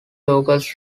locals